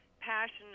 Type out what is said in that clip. passion